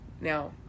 now